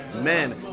Men